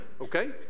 Okay